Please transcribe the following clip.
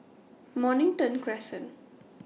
Mornington Crescent